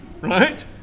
Right